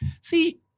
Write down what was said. See